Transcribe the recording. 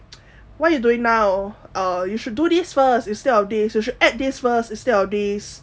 what you doing now uh you should do this first instead of this you should add this first instead of this